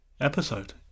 episode